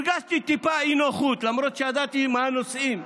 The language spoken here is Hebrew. הרגשתי טיפה אי-נוחות, למרות שידעתי מה הנושאים.